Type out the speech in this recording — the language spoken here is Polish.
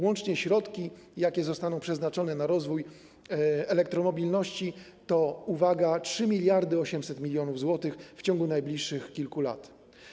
Łącznie środki, jakie zostaną przeznaczone na rozwój elektromobilności, to 3800 mln zł w ciągu najbliższych kilku lat.